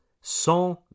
sans